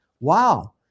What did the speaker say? Wow